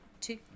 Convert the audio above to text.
two